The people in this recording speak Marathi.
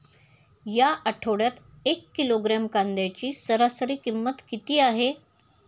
या आठवड्यात एक किलोग्रॅम कांद्याची सरासरी किंमत किती आहे?